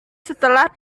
setelah